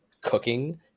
cooking